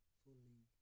fully